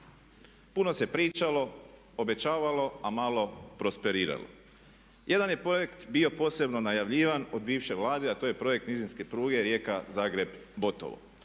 Puno se pričalo, obećavalo a malo prosperiralo. Jedan je projekt bio posebno najavljivan od biše Vlade a to je projekt nizinske pruge Rijeka-Zagreb-Botovo.